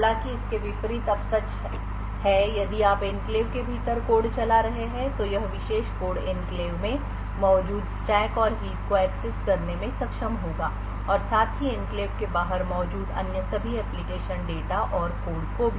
हालाँकि इसके विपरीत अब सच है यदि आप एन्क्लेव के भीतर कोड चला रहे हैं तो यह विशेष कोड एन्क्लेव में मौजूद स्टैक और हीप को एक्सेस करने में सक्षम होगा और साथ ही एन्क्लेव के बाहर मौजूद अन्य सभी एप्लिकेशन डेटा और कोड को भी